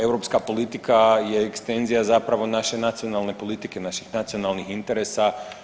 Europska politika je ekstenzija zapravo naše nacionalne politike naših nacionalnih interesa.